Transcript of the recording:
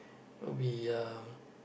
will be uh